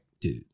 dude